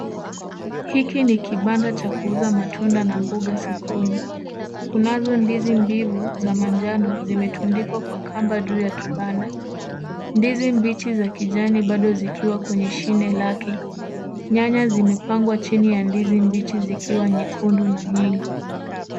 Hiki ni kibanda cha kuuza matunda na mboga sokoni. Kunazo ndizi mbivu za manjano zimetundikwa kwa kamba juu ya kibanda. Ndizi mbichi za kijani bado zikiwa kwenye shine lake. Nyanya zimepangwa chini ya ndizi mbichi zikiwa nyekundu na nyingi.